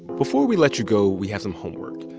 before we let you go, we have some homework.